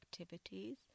activities